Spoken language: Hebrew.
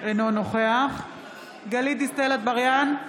אינו נוכח גלית דיסטל אטבריאן,